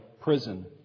prison